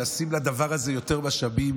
לשים בדבר הזה יותר משאבים,